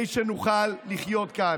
זה כדי שנוכל לחיות כאן.